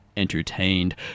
Entertained